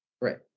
Right